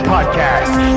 Podcast